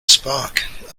spark